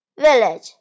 village